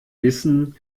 wissen